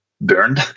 burned